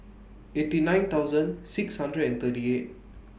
eighty nine thousand six hundred and thirty eight